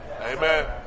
amen